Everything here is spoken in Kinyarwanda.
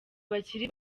bakiri